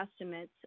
estimates